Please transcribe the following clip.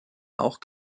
auch